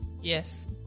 Yes